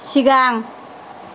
सिगां